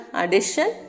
addition